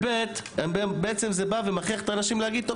דבר שני, זה בעצם בא ומכריח את האנשים להגיד "טוב